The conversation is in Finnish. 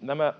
Nämä